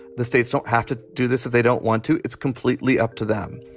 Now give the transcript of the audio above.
the states don't have to do this if they don't want to. it's completely up to them.